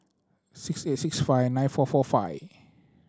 six eight six five nine four four five